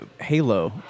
Halo